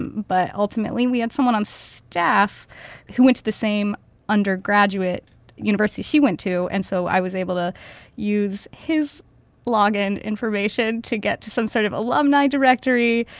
and but ultimately, we had someone on staff who went to the same undergraduate university she went to. and so i was able to use his blog and information to get to some sort of alumni directory.